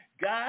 God